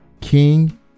king